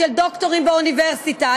דוקטורים באוניברסיטה.